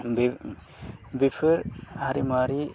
बे बेफोर हारिमुवारि